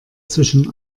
zwischen